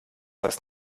das